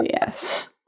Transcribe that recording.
Yes